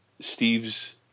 Steve's